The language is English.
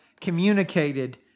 communicated